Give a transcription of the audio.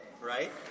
right